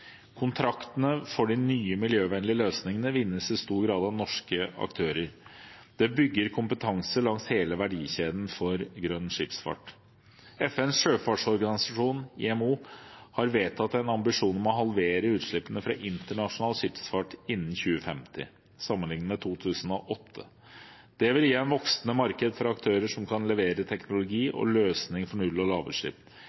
Kontraktene for de nye miljøvennlige løsningene vinnes i stor grad av norske aktører. Det bygger kompetanse langs hele verdikjeden for grønn skipsfart. FNs sjøfartsorganisasjon, IMO, har vedtatt en ambisjon om å halvere utslippene fra internasjonal skipsfart innen 2050, sammenlignet med 2008. Det vil gi et voksende marked for aktører som kan levere teknologi